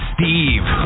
Steve